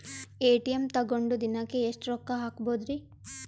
ATM ತಗೊಂಡ್ ದಿನಕ್ಕೆ ಎಷ್ಟ್ ರೊಕ್ಕ ಹಾಕ್ಬೊದ್ರಿ?